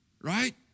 right